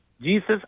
Jesus